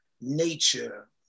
nature